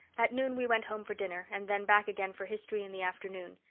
at noon we went home for dinner and then back again for history in the afternoon.